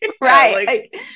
Right